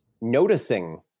noticing